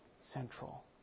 central